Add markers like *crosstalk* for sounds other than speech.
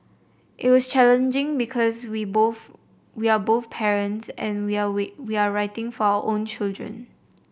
it was challenging because we both we are both parents and *unintelligible* we we are writing for our own children